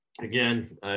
again